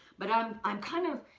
but i'm i'm kind of,